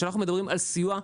כשאנחנו מדברים על סיוע,